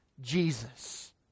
Jesus